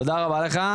תודה רבה לך.